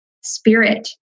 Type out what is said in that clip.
spirit